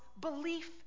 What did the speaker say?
belief